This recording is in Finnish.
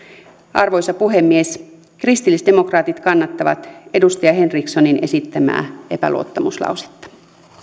arvoisa puhemies kristillisdemokraatit kannattavat edustaja henrikssonin esittämää epäluottamuslausetta